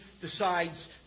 decides